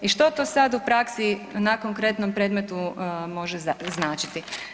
I što to sad u praksi na konkretnom predmetu može značiti?